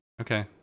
Okay